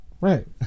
Right